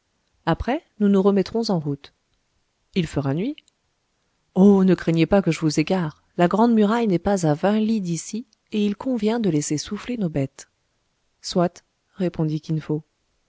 après nous nous remettrons en route il fera nuit oh ne craignez pas que je vous égare la grande muraille n'est pas à vingt lis d'ici et il convient de laisser souffler nos bêtes soit répondit kin fo